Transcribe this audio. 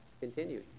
continue